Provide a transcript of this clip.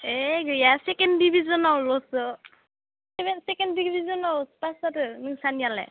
ए गैया सेकेन्ड डिभिजनावल'सो सेकेन्ड डिभिजनावसो पास जादो नोंसानियालाय